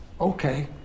Okay